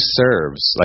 serves